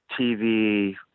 TV